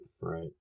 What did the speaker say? Right